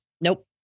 Nope